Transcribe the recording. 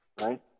right